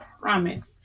promise